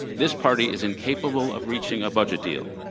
this party is incapable of reaching a budget deal.